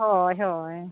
ᱦᱳᱭ ᱦᱳᱭ